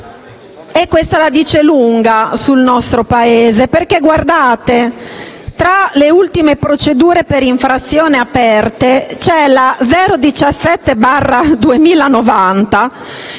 E questo la dice lunga sul nostro Paese. Guardate, tra le ultime procedure per infrazione aperte c'è la n. 2017/2090,